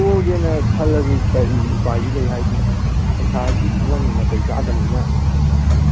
ꯇꯣꯛꯑꯒꯦꯅ ꯈꯜꯂꯁꯨ ꯀꯔꯤ ꯎꯄꯥꯏꯗꯤ ꯂꯩ ꯍꯥꯏꯕꯗꯤ ꯄꯩꯁꯥꯒꯤ ꯐꯤꯕꯝ ꯅꯥꯇꯩ ꯆꯥꯗꯕꯅꯤꯅ